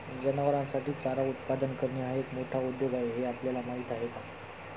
जनावरांसाठी चारा उत्पादन करणे हा एक मोठा उद्योग आहे हे आपल्याला माहीत आहे का?